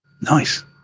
Nice